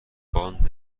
باند